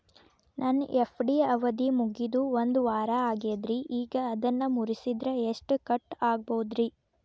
ನನ್ನ ಎಫ್.ಡಿ ಅವಧಿ ಮುಗಿದು ಒಂದವಾರ ಆಗೇದ್ರಿ ಈಗ ಅದನ್ನ ಮುರಿಸಿದ್ರ ಎಷ್ಟ ಕಟ್ ಆಗ್ಬೋದ್ರಿ?